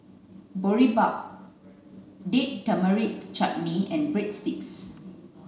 Boribap Date Tamarind Chutney and Breadsticks